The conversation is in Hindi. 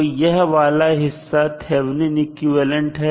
तो यह वाला हिस्सा थेवनिन इक्विवेलेंट है